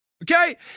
Okay